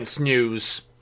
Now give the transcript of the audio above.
news